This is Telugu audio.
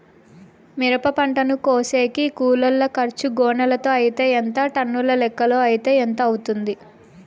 మిరప పంటను కోసేకి కూలోల్ల ఖర్చు గోనెలతో అయితే ఎంత టన్నుల లెక్కలో అయితే ఎంత అవుతుంది?